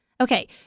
Okay